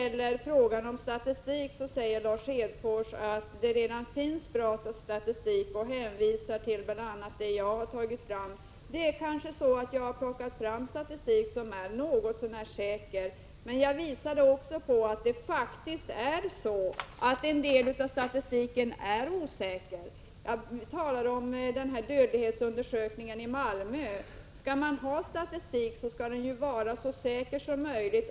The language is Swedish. Lars Hedfors säger vidare att det redan finns bra statistik på det här området. Han hänvisade bl.a. till den statistik jag redovisat. Jag har tagit fram statistik som kan vara något så när säker. Men jag pekade också på att en del av statistiken faktiskt är osäker, och jag talade t.ex. om den dödlighetsundersökning som gjorts i Malmö. Skall man ha statistik, då skall den vara så säker som möjligt.